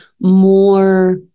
more